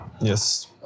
Yes